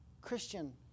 Christian